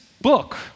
book